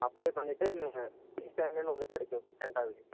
apply பண்ணிவிட்டு உங்களுக்கு கிடைக்கும் இன்ஸ்டன்டாகவே